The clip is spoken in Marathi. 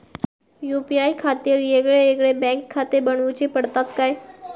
यू.पी.आय खातीर येगयेगळे बँकखाते बनऊची पडतात काय?